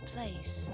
place